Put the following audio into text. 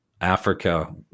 africa